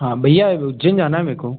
हाँ भैया उज्जैन जाना है मेरे को